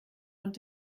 und